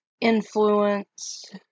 influence